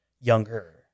younger